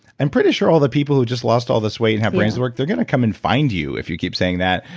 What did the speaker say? i'm pretty sure all the people who just lost all this weight and have brains work, they're going to come and find you if you keep saying that,